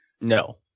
No